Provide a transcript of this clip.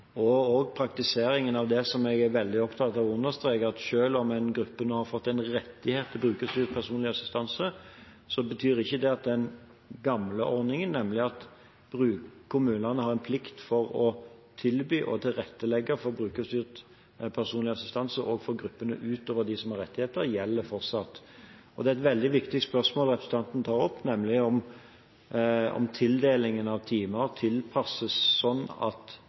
og også praktiseringen av det som jeg er veldig opptatt av å understreke, at selv om en gruppe nå har fått en rettighet til brukerstyrt personlig assistanse, betyr ikke det at ikke den gamle ordningen, nemlig at kommunene har en plikt til å tilby og tilrettelegge for brukerstyrt personlig assistanse også for gruppene utover dem som har rettigheter, gjelder fortsatt. Det er et veldig viktig spørsmål representanten tar opp, nemlig om tildelingen av timer tilpasses sånn at